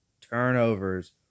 turnovers